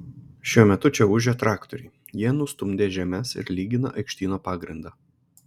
šiuo metu čia ūžia traktoriai jie nustumdė žemes ir lygina aikštyno pagrindą